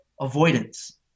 avoidance